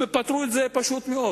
בירדן פתרו את הבעיה באופן פשוט מאוד.